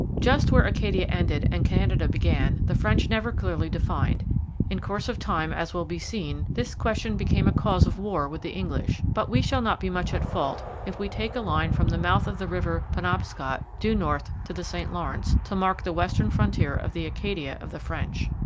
just where acadia ended and canada began the french never clearly defined in course of time, as will be seen, this question became a cause of war with the english but we shall not be much at fault if we take a line from the mouth of the river penobscot, due north to the st lawrence, to mark the western frontier of the acadia of the french.